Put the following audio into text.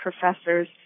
professors